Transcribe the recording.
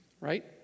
right